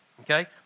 Okay